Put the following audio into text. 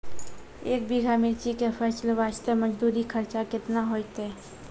एक बीघा मिर्ची के फसल वास्ते मजदूरी खर्चा केतना होइते?